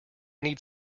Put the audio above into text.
need